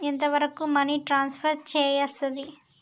ఎంత వరకు money transfer చేయస్తది?